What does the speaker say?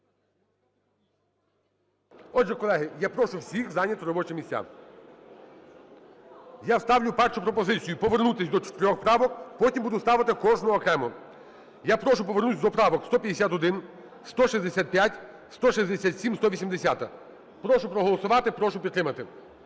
Отже, колеги, я прошу всіх зайняти робочі місця. Я ставлю першу пропозицію повернутись до чотирьох правок, потім буду ставити кожну окремо. Я прошу повернутись до правок 151, 165, 167, 180. Прошу проголосувати, прошу підтримати.